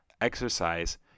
exercise